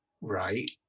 right